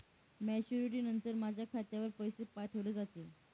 Maturity नंतर माझ्या खात्यावर पैसे पाठविले जातील?